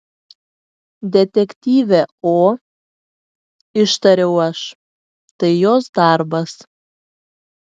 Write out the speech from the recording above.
detektyvė o ištariau aš tai jos darbas